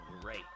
great